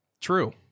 True